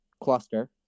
cluster